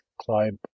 climb